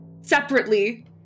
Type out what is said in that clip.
separately